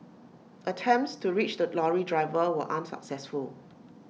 attempts to reach the lorry driver were unsuccessful